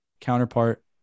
counterpart